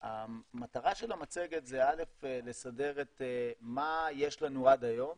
המטרה של המצגת זה דבר ראשון לסדר את מה יש לנו עד היום